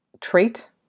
trait